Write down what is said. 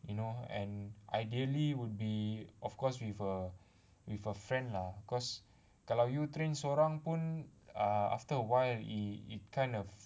you know and ideally would be of course with a with a friend lah cause kalau you train seorang-seorang pun err after a while it it kind of